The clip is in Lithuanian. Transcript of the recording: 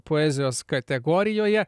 poezijos kategorijoje